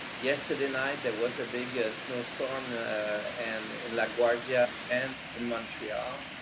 yesterday night, there was a big snowstorm and in laguardia and in montreal.